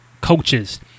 coaches